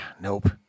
Nope